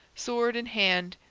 sword in hand,